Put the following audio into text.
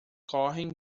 correm